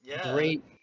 great